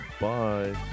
Bye